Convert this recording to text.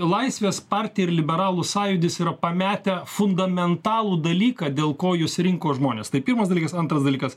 laisvės partija ir liberalų sąjūdis yra pametę fundamentalų dalyką dėl ko jus rinko žmonės tai pirmas dalykas antras dalykas